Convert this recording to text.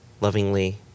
lovingly